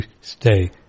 stay